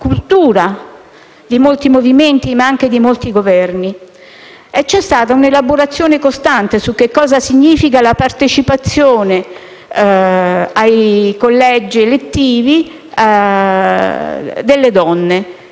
di molti movimenti, ma anche di molti Governi, c'è stata un'elaborazione costante su cosa significa la partecipazione alle assemblee elettive delle donne